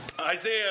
Isaiah